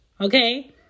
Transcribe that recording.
Okay